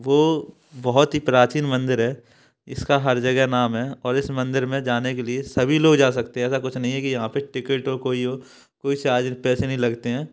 वो बहुत ही प्राचीन मंदिर है इसका हर जगह नाम है और इस मंदिर में जाने के लिए सभी लोग जा सकते हैं ऐसा कुछ नहीं है कि यहाँ पर टिकट हो कोई हो कोई चार्ज पैसे नहीं लगते हैं